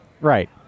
Right